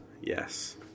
Yes